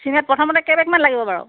cement প্ৰথমতে কেই বেগমান লাগিব বাৰু